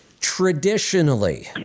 Traditionally